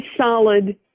solid